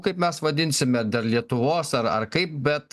kaip mes vadinsime dar lietuvos ar ar kaip bet